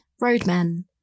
roadmen